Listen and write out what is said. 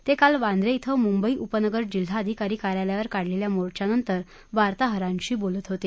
ते काल वांद्रे इथं मुंबई उपनगर जिल्हा अधिकारी कार्यालयावर काढलेल्या मोर्चानंतर वार्ताहरांशी बोलत होते